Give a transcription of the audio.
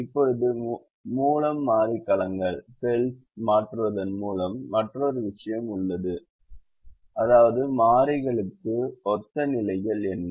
இப்போது மூலம் மாறி கலங்களை மாற்றுவதன் மூலம் மற்றொரு விஷயம் உள்ளது அதாவது மாறிகளுக்கு ஒத்த நிலைகள் என்ன